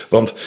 Want